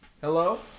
Hello